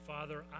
Father